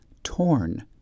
torn